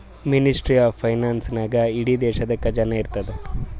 ministry of finance ನಾಗೇ ಇಡೀ ದೇಶದು ಖಜಾನಾ ಇರ್ತುದ್